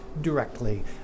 directly